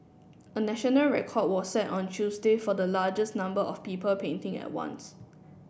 a national record was set on Tuesday for the largest number of people painting at once